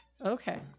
Okay